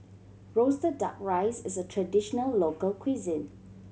roasted Duck Rice is a traditional local cuisine